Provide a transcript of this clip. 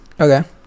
okay